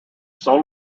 sole